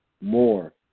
more